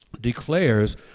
declares